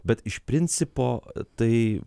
bet iš principo tai